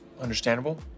Understandable